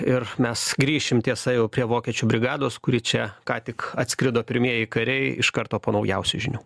ir mes grįšim tiesa jau prie vokiečių brigados kuri čia ką tik atskrido pirmieji kariai iš karto po naujausių žinių